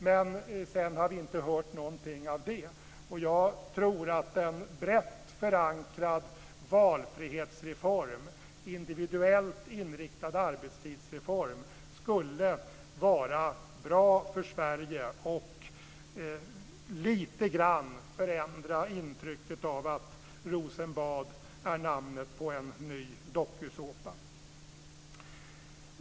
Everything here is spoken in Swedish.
Sedan har vi inte hört något av det. En brett förankrad valfrihetsreform, en individuellt inriktad arbetstidsreform skulle vara bra för Sverige. Den skulle något förändra intrycket av att Rosenbad är namnet på en ny dokusåpa.